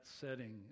setting